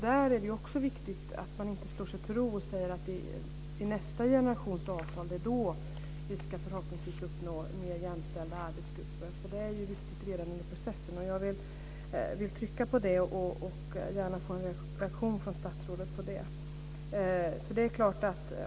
Där är det också viktigt att man inte slår sig till ro och säger: I nästa generations avtal - det är då vi förhoppningsvis ska uppnå mer jämställda arbetsgrupper! Det är nämligen viktigt redan under processen. Jag vill trycka på detta och jag vill gärna ha en reaktion från statsrådet på det.